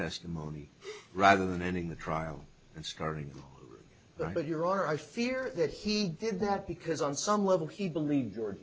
testimony rather than ending the trial and scoring but here i fear that he did that because on some level he believed